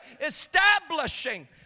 establishing